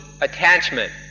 attachment